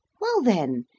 well, then,